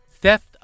Theft